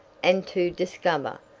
and to discover,